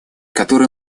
которое